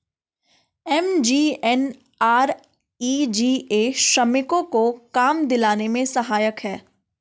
MGNREGA श्रमिकों को काम दिलाने में सहायक है